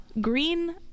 green